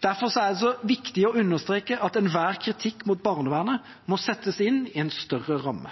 Derfor er det viktig å understreke at enhver kritikk mot barnevernet må settes inn i en større ramme.